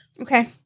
Okay